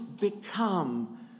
become